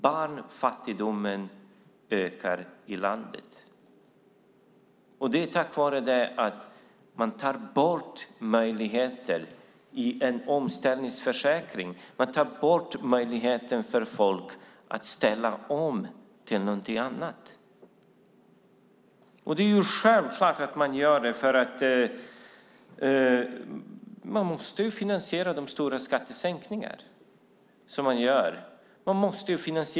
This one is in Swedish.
Barnfattigdomen ökar i landet. Det är på grund av att man tar bort möjligheter i en omställningsförsäkring. Man tar bort möjligheter för folk att ställa om till någonting annat. Det är självklart att man gör det därför att man på något sätt måste finansiera de stora skattesänkningar som man gör.